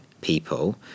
people